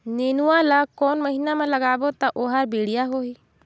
नेनुआ ला कोन महीना मा लगाबो ता ओहार बेडिया होही?